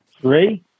Three